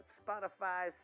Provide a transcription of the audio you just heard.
spotify